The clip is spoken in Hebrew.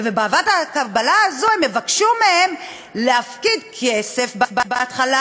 ובוועדת הקבלה הזו הם יבקשו מהם להפקיד כסף בהתחלה,